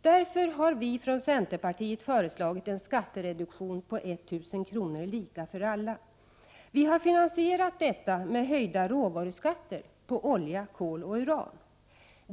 Därför har vi i centerpartiet föreslagit en skattereduktion på 1 000 kr. lika för alla. Vi har finansierat detta med höjda råvaruskatter på olja, kol och uran.